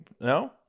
no